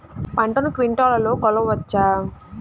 పంటను క్వింటాల్లలో కొలవచ్చా?